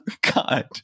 God